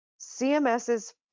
CMS's